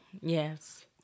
Yes